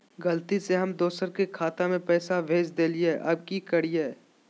गलती से हम दुसर के खाता में पैसा भेज देलियेई, अब की करियई?